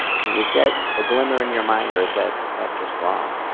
i mean, is that a glimmer in your mind or is that is that just wrong.